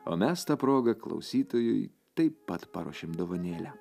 o mes ta proga klausytojui taip pat paruošėm dovanėlę